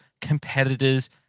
competitors